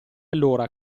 allora